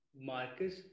Marcus